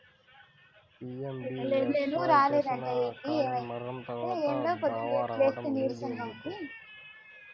PMBSY చేసినా కానీ మరణం తర్వాత దావా రావటం లేదు ఎందుకు?